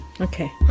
okay